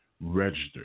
Register